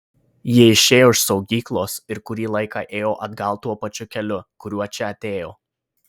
jie išėjo iš saugyklos ir kurį laiką ėjo atgal tuo pačiu keliu kuriuo čia atėjo